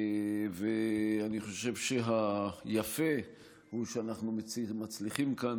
אני חושב שהיפה הוא שאנחנו מצליחים כאן,